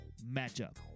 matchup